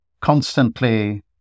constantly